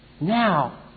now